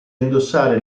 indossare